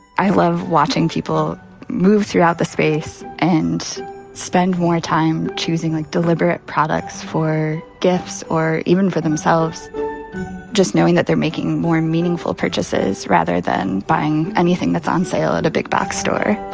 i love watching people move throughout the space and spend more time choosing like deliberate products for gifts, or even for themselves just knowing that they're making more meaningful purchases rather than buying anything that's on sale at a big box store,